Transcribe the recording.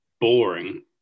boring